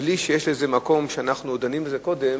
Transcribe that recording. בלי שאנחנו דנים בזה קודם,